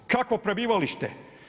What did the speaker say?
Kakvo prebivalište?